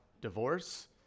divorce